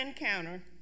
encounter